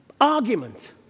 argument